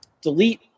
delete